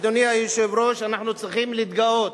אדוני היושב-ראש, אנחנו צריכים להתגאות